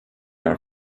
are